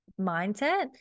mindset